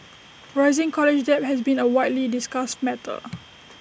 rising college debt has been A widely discussed matter